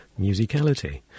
musicality